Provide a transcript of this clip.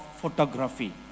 photography